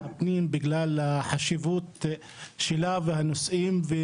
הפנים בגלל החשיבות שלה והנושאים שבה